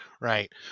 Right